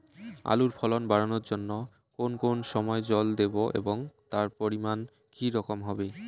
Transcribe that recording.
আলুর ফলন বাড়ানোর জন্য কোন কোন সময় জল দেব এবং তার পরিমান কি রকম হবে?